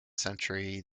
century